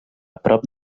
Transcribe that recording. prop